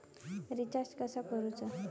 Recharge कसा करूचा?